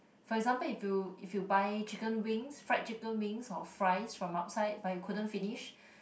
for example if you if you buy chicken wings fried chicken wings or fries from outside but you couldn't finish